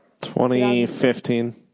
2015